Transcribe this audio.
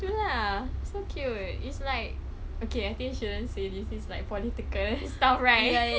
tu lah so cute it's like okay I feel shouldn't say this he's like political stuff right